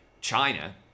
China